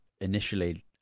initially